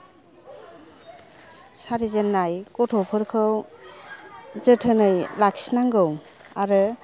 सारिजेननाय गथ'फोरखौ जोथोनै लाखिनांगौ आरो